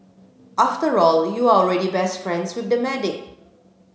after all you're already best friends with the medic